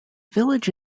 village